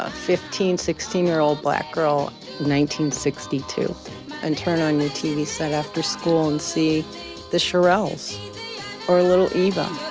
ah fifteen, sixteen year old black girl nineteen sixty two and turn on the tv set after school and see the shirelles or a little eeva